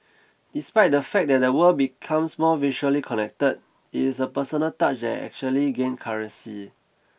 despite the fact that the world becomes more virtually connected it is the personal touch that actually gained currency